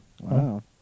Wow